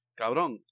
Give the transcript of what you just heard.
Cabrón